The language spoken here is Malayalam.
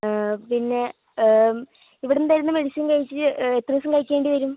പിന്നെ ഇവിടുന്ന് തരുന്ന മെഡിസിൻ കഴിച്ച് എത്ര ദിവസം കഴിക്കേണ്ടിവരും